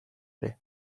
ere